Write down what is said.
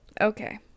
Okay